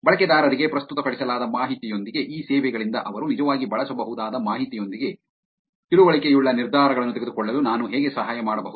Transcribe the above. ಬಳಕೆದಾರರಿಗೆ ಪ್ರಸ್ತುತಪಡಿಸಲಾದ ಮಾಹಿತಿಯೊಂದಿಗೆ ಈ ಸೇವೆಗಳಿಂದ ಅವರು ನಿಜವಾಗಿ ಬಳಸಬಹುದಾದ ಮಾಹಿತಿಯೊಂದಿಗೆ ತಿಳುವಳಿಕೆಯುಳ್ಳ ನಿರ್ಧಾರಗಳನ್ನು ತೆಗೆದುಕೊಳ್ಳಲು ನಾನು ಹೇಗೆ ಸಹಾಯ ಮಾಡಬಹುದು